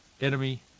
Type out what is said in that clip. enemy